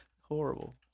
Horrible